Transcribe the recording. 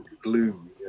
gloom